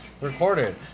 recorded